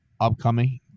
upcoming